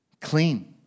Clean